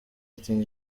ati